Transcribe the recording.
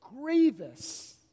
grievous